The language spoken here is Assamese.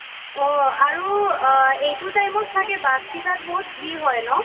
অঁ আৰু এইটো টাইমত চাগৈ বাছকেইটাত বহুত ভীৰ হয় ন